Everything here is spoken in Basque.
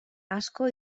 asko